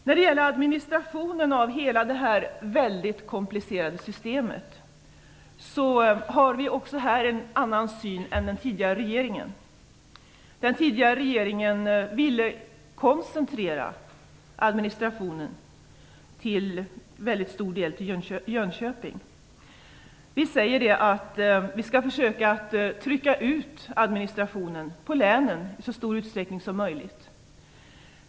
När det gäller själva administrationen av hela det här väldigt komplicerade systemet har vi också här en annan syn än den tidigare regeringen, som ville koncentrera administrationen till väldigt stor del till Jönköping. Vi har sagt att vi skall försöka trycka ut administrationen på länen i så stor utsträckning som möjligt.